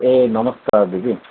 ए नमस्कार दिदी